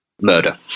murder